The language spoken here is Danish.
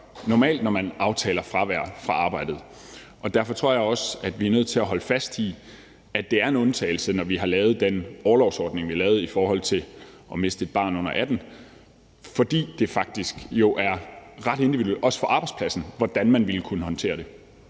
normalt gør, når der aftales fravær fra arbejdet. Derfor tror jeg også, at vi er nødt til at holde fast i, at det er en undtagelse, når vi har lavet den orlovsordning, vi har lavet, i forhold til at miste et barn under 18 år, fordi det jo faktisk er ret individuelt, også for arbejdspladsen, hvordan man ville kunne håndtere det.